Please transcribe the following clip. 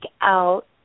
out